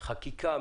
חקיקה,